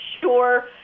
sure